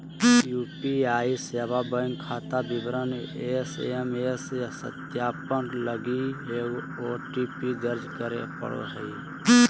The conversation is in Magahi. यू.पी.आई सेवा बैंक खाता विवरण एस.एम.एस सत्यापन लगी ओ.टी.पी दर्ज करे पड़ो हइ